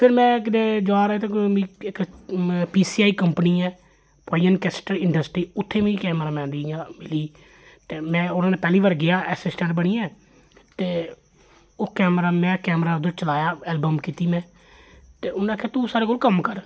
फिर में किते जा रेहा ते मिगी इक पी सी आई कम्पनी ऐ पाइजन केसटन इंडस्ट्री उत्थे मिगी कैमरा मैन दी इ'यां मिली ते में उत्थे पैह्ली बार गेआ असीस्टैंट बनियै ते ओह् कैमरा में में कैमरा उद्धर चलाया एल्बम कीती में ते उ'नें आखेआ तू साढ़े कोल कम्म कर